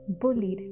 bullied